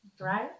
right